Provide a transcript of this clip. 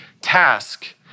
task